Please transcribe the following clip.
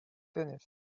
tennis